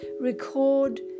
record